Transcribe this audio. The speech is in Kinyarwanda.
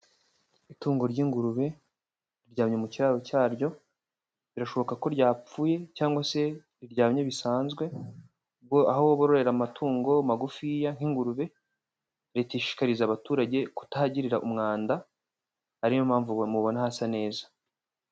Itungo ry'ingurube riryamye mu kiraro cyaryo, birashoboka ko ryapfuye cyangwa se riryamye bisanzwe, ngo aho bororera amatungo magufi nk'ingurube, leta ishikariza abaturage kutahagirira umwanda, ariyo mpamvu mubona hasa neza.